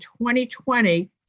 2020